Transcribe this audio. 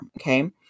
Okay